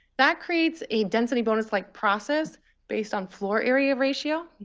that creates a density bonus-like process based on floor area ratio.